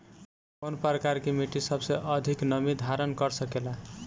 कौन प्रकार की मिट्टी सबसे अधिक नमी धारण कर सकेला?